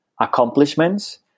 Accomplishments